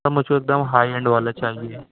سر مجھ کو ایک دم ہائی اینڈ والا چاہیے